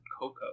cocoa